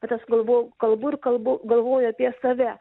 bet aš galvoju kalbu ir kalbu galvoju apie save